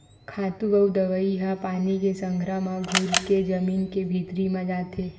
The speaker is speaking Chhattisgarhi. खातू अउ दवई ह पानी के संघरा म घुरके जमीन के भीतरी म जाथे